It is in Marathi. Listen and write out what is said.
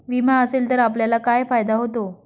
विमा असेल तर आपल्याला काय फायदा होतो?